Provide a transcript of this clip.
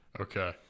Okay